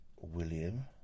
William